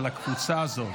העבודה